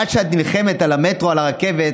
עד שאת נלחמת על המטרו, על הרכבת,